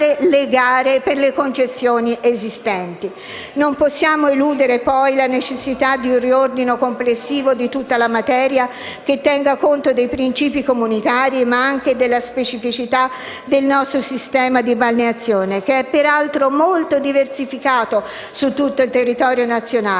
Non possiamo eludere poi la necessità di un riordino complessivo di tutta la materia che tenga conto dei principi comunitari, ma anche della specificità del nostro sistema di balneazione, peraltro molto diversificato su tutto il territorio nazionale,